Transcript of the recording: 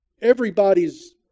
everybody's